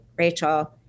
Rachel